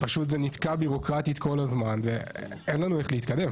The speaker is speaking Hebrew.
נתקע בירוקרטית כל הזמן ואין לנו איך להתקדם.